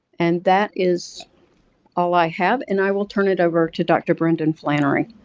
and that is all i have, and i will turn it over to dr. brendan flannery.